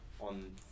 on